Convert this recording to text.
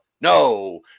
no